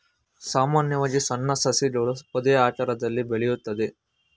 ಸಾಮಾನ್ಯವಾಗಿ ಸಣ್ಣ ಸಸಿಗಳು ಪೊದೆಯಾಕಾರದಲ್ಲಿ ಬೆಳೆಯುತ್ತದೆ